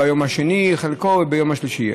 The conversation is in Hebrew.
ביום השני חלקי וביום השלישי.